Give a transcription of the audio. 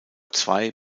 zwei